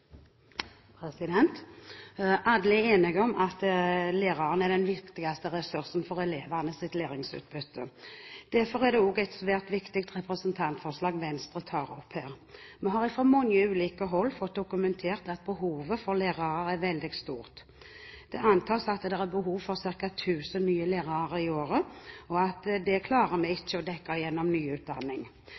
det. Alle er enige om at læreren er den viktigste ressursen for elevenes læringsutbytte. Derfor er det også et svært viktig representantforslag Venstre tar opp her. Vi har fra mange ulike hold fått dokumentert at behovet for lærere er veldig stort. Det antas at det er behov for ca. 1 000 nye lærere i året, og det klarer vi ikke å dekke gjennom